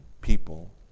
people